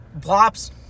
Plop's